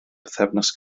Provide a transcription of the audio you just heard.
bythefnos